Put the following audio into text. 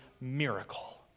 miracle